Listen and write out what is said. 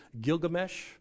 Gilgamesh